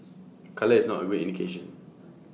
colour is not A good indication